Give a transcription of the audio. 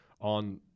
on